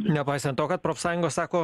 nepaisant to kad profsąjungos sako